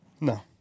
No